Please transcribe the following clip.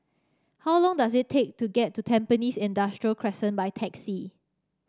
how long does it take to get to Tampines Industrial Crescent by taxi